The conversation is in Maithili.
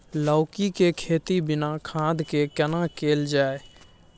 लौकी के खेती बिना खाद के केना कैल जाय?